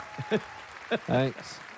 Thanks